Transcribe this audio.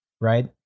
right